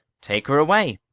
take her away.